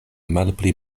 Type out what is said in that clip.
malpli